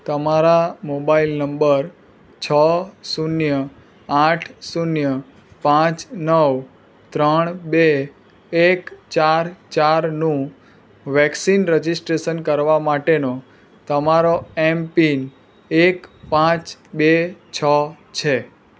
તમારા mobile number છ શૂન્ય આઠ શૂન્ય પાંચ નવ ત્રણ બે એક ચાર ચારનું વેક્સિન રજિસ્ટ્રેશન કરવા માટેનો તમારો એમપિન એક પાંચ બે છ છે